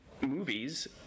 movies